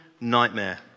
nightmare